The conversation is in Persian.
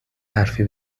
حرفی